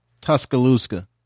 Tuscaloosa